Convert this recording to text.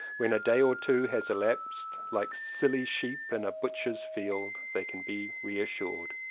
when a day or two has elapsed, like silly sheep in a butcher's field, they can be re assured.